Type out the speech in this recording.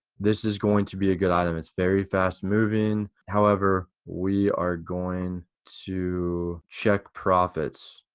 this is going to be a good item. it's very fast moving, however we are going to check profits.